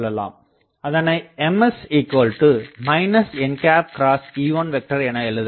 அதனை Ms nE1என எழுதலாம்